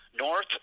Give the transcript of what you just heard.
north